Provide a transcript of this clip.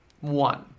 One